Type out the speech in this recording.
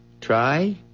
Try